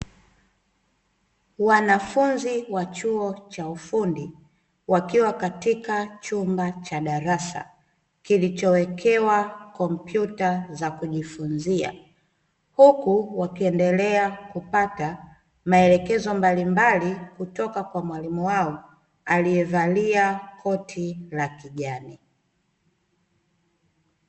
Wanafunzi wa chuo cha ufundi wakiwa katika chumba cha darasa kilichowekewa kompyuta za kujifunzia, huku wakiendelea kupata maelekezo mbalimbali kutoka kwa mwalimu wao aliyevalia koti la kijani.